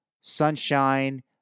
sunshine